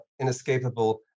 inescapable